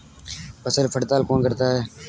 फसल पड़ताल कौन करता है?